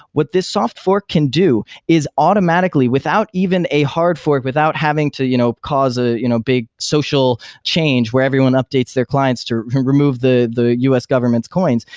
what this soft fork can do is automatically, without even a hard fork, without having to you know cause a you know big social change where everyone updates their clients to remove the the us government's coins.